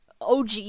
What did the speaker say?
OG